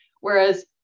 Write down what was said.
Whereas